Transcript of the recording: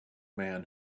man